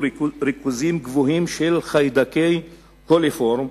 ריכוזים גבוהים של חיידקי קוליפורם